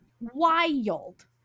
wild